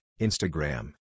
Instagram